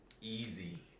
easy